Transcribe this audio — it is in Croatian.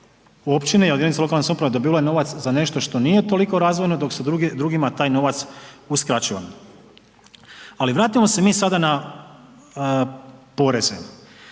općine ili jedinice lokalne samouprave dobivale novac za nešto što nije toliko razvojno dok je drugima taj novac uskraćivan. Ali vratimo se mi sada na poreze.